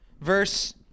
verse